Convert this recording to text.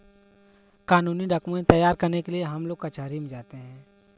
कानूनी डॉक्यूमेंट तैयार करने के लिए हमलोग कचहरी में जाते हैं